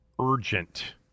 urgent